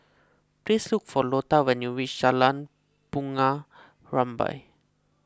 please look for Lota when you reach Jalan Bunga Rampai